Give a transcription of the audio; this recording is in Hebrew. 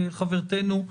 חברתנו,